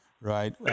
right